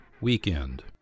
Weekend